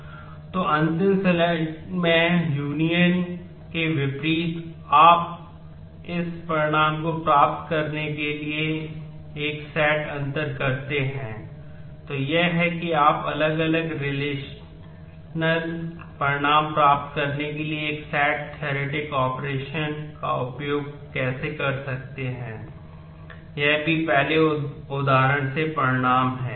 Πcourse id तो अंतिम slide में यूनियन का उपयोग कैसे कर सकते हैं यह भी पहले उदाहरण से परिणाम है